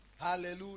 Hallelujah